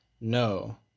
no